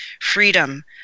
freedom